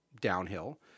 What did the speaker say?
downhill